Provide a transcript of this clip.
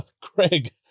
Craig